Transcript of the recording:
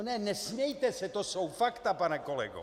Ne, nesmějte se, to jsou fakta, pane kolego!